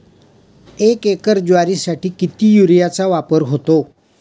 एक एकर ज्वारीसाठी किती युरियाचा वापर होतो?